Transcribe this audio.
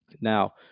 now